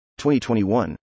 2021